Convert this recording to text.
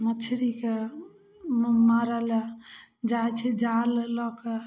मछरीके मारैलए जाइ छै जाल लऽ कऽ